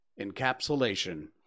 encapsulation